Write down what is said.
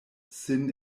sin